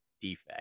defect